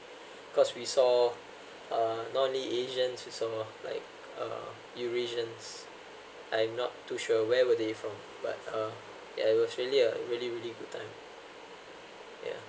cause we saw uh not only asians we saw like uh eurasians I'm not too sure where were they from but uh yeah it was really a really really good time yeah